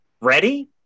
Ready